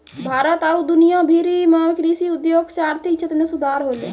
भारत आरु दुनिया भरि मे कृषि उद्योग से आर्थिक क्षेत्र मे सुधार होलै